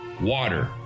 Water